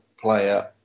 player